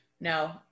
No